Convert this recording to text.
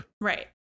Right